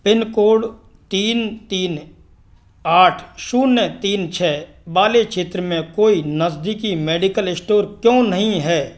pin code तीन तीन आठ शून्य तीन छ वाले क्षेत्र में कोई नज़दीकी मेडिकल स्टोर क्यों नहीं है